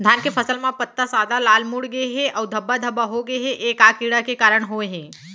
धान के फसल म पत्ता सादा, लाल, मुड़ गे हे अऊ धब्बा धब्बा होगे हे, ए का कीड़ा के कारण होय हे?